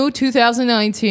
2019